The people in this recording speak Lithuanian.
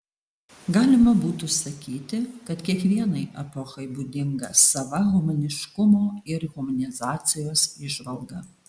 galima būtų sakyti kad kiekvienai epochai būdinga sava humaniškumo ir humanizacijos įžvalga